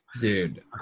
dude